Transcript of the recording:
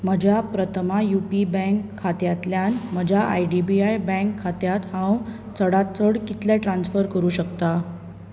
म्हज्या Prathama U P bank खात्यांतल्यान म्हज्या I D B I bank खात्यांत हांव चडांत चड कितले ट्रान्स्फर करूं शकता